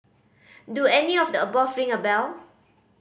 do any of the above ring a bell